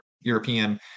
European